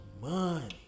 money